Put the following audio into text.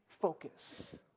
focus